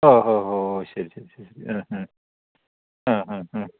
ഓഹ് ഓഹ് ശരി ശരി ശരി ഹ് ഹ്